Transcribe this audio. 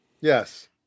Yes